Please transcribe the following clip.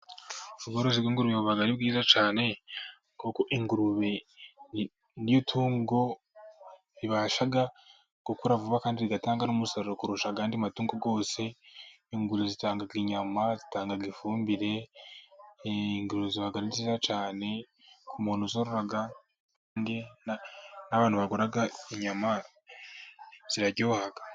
Ubworozi bw'ingurube buba ari bwiza cyane kuko ingurube ni itungo ribasha gukura vuba kandi rigatanga n'umusaruro kurusha ayandi matungo yose, ingurube zitanga inyama, zitanga ifumbire, ingurube ziba ari nziza cyane ku muntu uzorora, n'abantu bagura inyama ziraryoha.